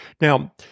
Now